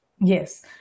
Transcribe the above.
Yes